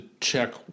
check